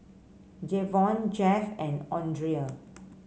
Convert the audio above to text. Jayvon Jeff and Andrea